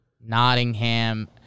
Nottingham